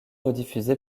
rediffusée